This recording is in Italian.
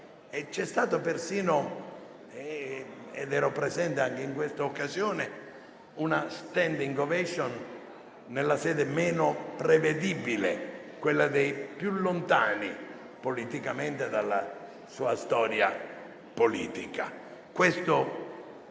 e c'è stata persino - ero presente anche in quella occasione - una *standing ovation* nella sede meno prevedibile, quella dei più lontani politicamente dalla sua storia politica. Questo